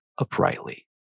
Uprightly